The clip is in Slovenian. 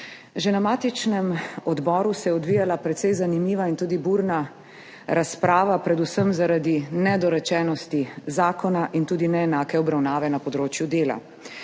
Že na matičnem odboru se je odvijala precej zanimiva in tudi burna razprava, predvsem zaradi nedorečenosti zakona in tudi neenake obravnave na področju dela.